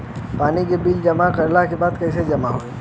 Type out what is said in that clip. पानी के बिल जमा करे के बा कैसे जमा होई?